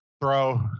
throw